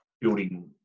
building